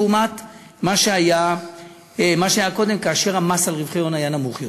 לעומת מה שהיה קודם כאשר המס על רווחי הון היה נמוך יותר.